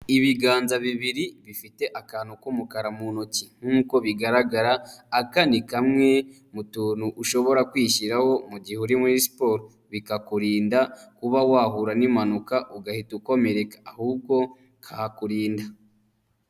Ibiganza bibiri bifite akantu k'umukara mu ntoki, nk'uko bigaragara aka ni kamwe mu tuntu ushobora kwishyiraho mu gihe uri muri siporo, bikakurinda kuba wahura n'impanuka ugahita ukomereka, ahubwo kakurinda.